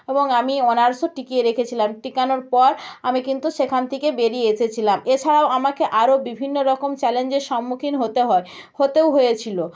এবং আমি অনার্সও টিকিয়ে রেখেছিলাম টিকানোর পর আমি কিন্তু সেখান থেকে বেরিয়ে এসেছিলাম এসেও আমাকে আরও বিভিন্ন রকম চ্যালেঞ্জের সম্মুখীন হতে হয় হতেও হয়েছিল